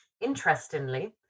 Interestingly